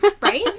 right